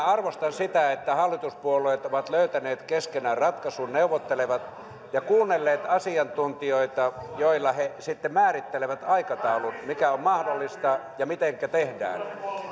arvostan sitä että hallituspuolueet ovat löytäneet keskenään ratkaisun neuvottelevat ja ovat kuunnelleet asiantuntijoita minkä pohjalta he sitten määrittelevät aikataulun mikä on mahdollista ja mitenkä tehdään